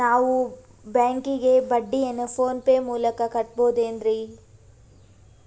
ನಾವು ಬ್ಯಾಂಕಿಗೆ ಬಡ್ಡಿಯನ್ನು ಫೋನ್ ಪೇ ಮೂಲಕ ಕಟ್ಟಬಹುದೇನ್ರಿ?